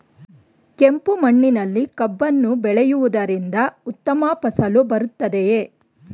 ಕೆಂಪು ಮಣ್ಣಿನಲ್ಲಿ ಕಬ್ಬನ್ನು ಬೆಳೆಯವುದರಿಂದ ಉತ್ತಮ ಫಸಲು ಬರುತ್ತದೆಯೇ?